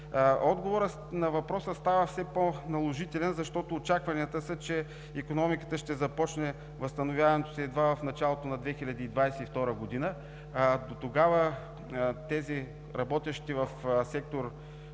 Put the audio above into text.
Отговорът на въпроса става все по-наложителен, защото очакванията са, че икономиката ще започне възстановяването си едва в началото на 2022 г. Дотогава тези работещи в сектор